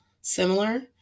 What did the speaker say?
similar